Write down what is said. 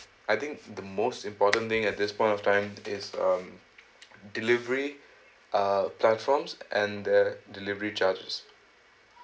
I think the most important thing at this point of time is um delivery uh platforms and their delivery charges